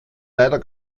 leider